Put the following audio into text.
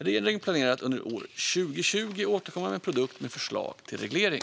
Regeringen planerar att under 2020 återkomma med en produkt med förslag till reglering.